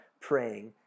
praying